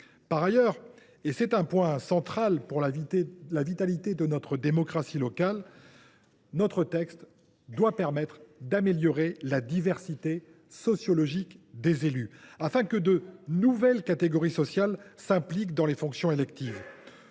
Par ailleurs – c’est un point central pour la vitalité de notre démocratie locale –, cette proposition de loi doit permettre d’améliorer la diversité sociologique des élus, afin que de nouvelles catégories sociales s’impliquent dans les fonctions électives.